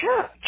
church